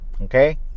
Okay